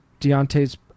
Deontay's